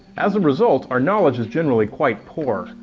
as a result, our knowledge is generally quite poor,